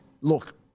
Look